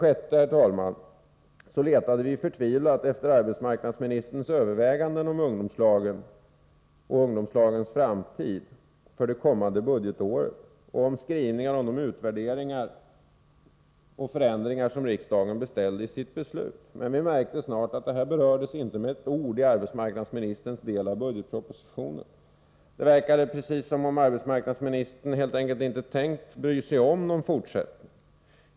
Vi letade, herr talman, förtvivlat efter arbetsmarknadsministerns överväganden om ungdomslagens framtid det kommande budgetåret och om de skrivningar, utvärderingar och förändringar som riksdagen beställde. Vi märkte snart att detta inte med ett ord berördes i arbetsmarknadsministerns avsnitt av propositionen. Det verkade precis som om arbetsmarknadsministern helt enkelt inte tänkt bry sig om någon fortsättning.